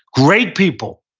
great people,